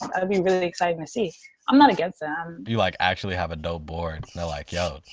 ah be really exciting to see. i'm not against that. um you, like, actually have a dope board and they're like, yo,